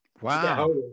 wow